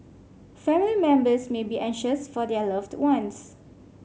family members may be anxious for their loved ones